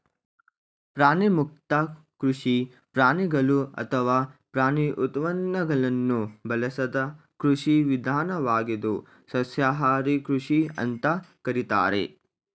ಪ್ರಾಣಿಮುಕ್ತ ಕೃಷಿ ಪ್ರಾಣಿಗಳು ಅಥವಾ ಪ್ರಾಣಿ ಉತ್ಪನ್ನಗಳನ್ನು ಬಳಸದ ಕೃಷಿ ವಿಧಾನವಾಗಿದ್ದು ಸಸ್ಯಾಹಾರಿ ಕೃಷಿ ಅಂತ ಕರೀತಾರೆ